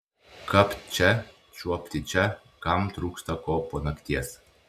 kapt čia čiuopti čia kam trūksta ko po nakties